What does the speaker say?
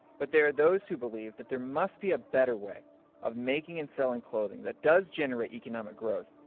but there are those who believe that there must be a better way of making and selling clothing that does generate economic growth,